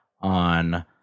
on